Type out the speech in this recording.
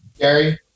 Gary